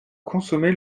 consommer